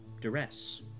duress